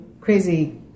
crazy